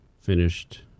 finished